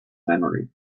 memory